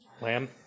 lamb